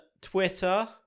Twitter